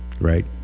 Right